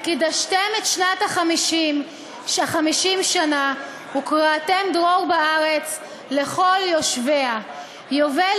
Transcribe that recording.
"וקדשתם את שנת החמשים שנה וקראתם דרור בארץ לכל ישביה יובל